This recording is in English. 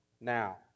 now